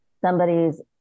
somebody's